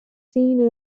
seen